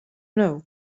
know